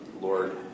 Lord